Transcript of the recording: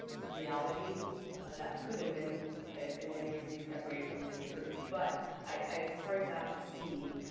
reality that could in many in many ways be separated from the truth. but i it's hard not to see